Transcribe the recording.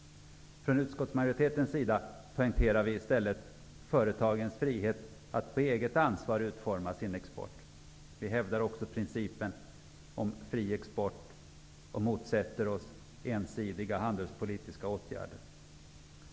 Vi i utskottsmajoriteten poängterar i stället företagens frihet att på eget ansvar utforma sin export. Vi hävdar också principen om fri export och motsätter oss ensidiga handelspolitiska åtgärder.